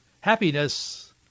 Happiness